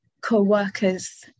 co-workers